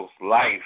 life